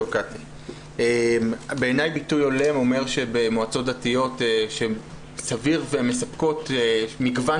בעיניי ביטוי הולם אומר שבמועצות דתיות שמספקות מגוון